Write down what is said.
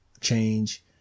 change